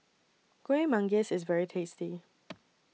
Kuih Manggis IS very tasty